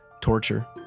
torture